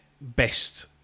best